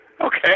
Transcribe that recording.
Okay